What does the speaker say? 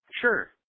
Sure